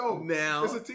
now